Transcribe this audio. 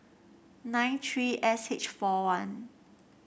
nine three S H four one